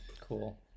Cool